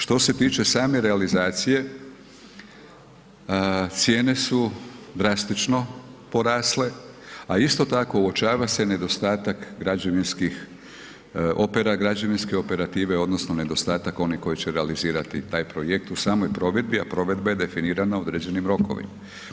Što se tiče same realizacije, cijene su drastično porasle a isto tako uočava se nedostatak građevinskih opera, građevinske operative odnosno nedostatak onih koji će realizirati taj projekt u samom provedbi a provedba je definirana određenim rokovima.